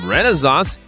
Renaissance